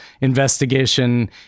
investigation